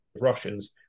Russians